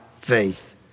faith